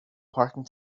parking